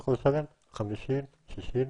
צריך לשלם 50, 60,